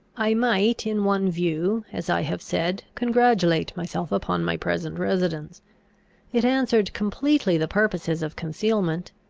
i might in one view, as i have said, congratulate myself upon my present residence it answered completely the purposes of concealment.